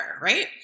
right